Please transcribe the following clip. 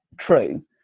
true